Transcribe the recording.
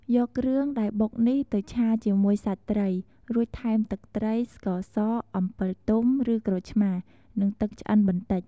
យកគ្រឿងដែលបុកនេះទៅឆាជាមួយសាច់ត្រី រួចថែមទឹកត្រី ស្ករស អំពិលទុំ ឬក្រូចឆ្មារ និងទឹកឆ្អិនបន្តិច។